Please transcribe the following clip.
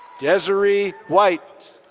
desiree white.